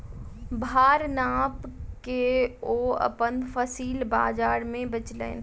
भार नाइप के ओ अपन फसिल बजार में बेचलैन